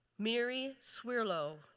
mary swirlo,